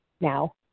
now